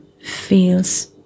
feels